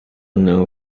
known